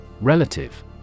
Relative